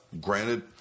granted